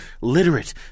literate